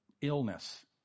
illness